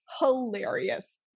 hilarious